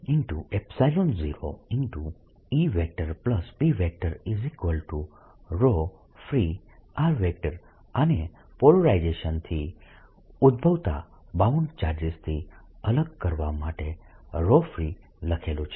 આને પોલરાઇઝેશનથી ઉદભવતા બાઉન્ડ ચાર્જીસથી અલગ કરવા માટે free લખેલું છે